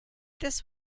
this